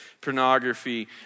pornography